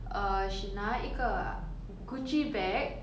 uh she 拿一个 gucci bag